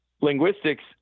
Linguistics